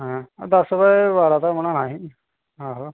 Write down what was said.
हां दस बाय बारां दा बनाना असें